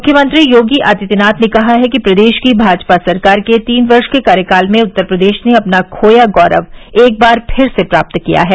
मुख्यमंत्री योगी आदित्यनाथ ने कहा है कि प्रदेश की भाजपा सरकार के तीन वर्ष के कार्यकाल में उत्तर प्रदेश ने अपना खोया गौरव एक बार फिर से प्राप्त किया है